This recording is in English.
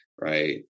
Right